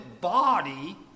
body